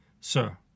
Sir